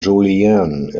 julianne